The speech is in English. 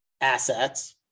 assets